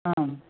आं